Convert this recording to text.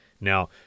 Now